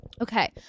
okay